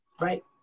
right